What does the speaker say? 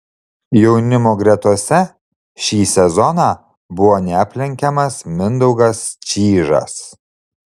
jaunimo gretose šį sezoną buvo neaplenkiamas mindaugas čyžas